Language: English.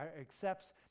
accepts